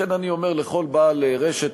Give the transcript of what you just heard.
לכן אני אומר לכל בעל רשת,